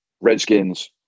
Redskins